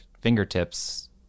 fingertips